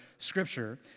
Scripture